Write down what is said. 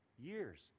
years